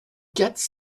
quatre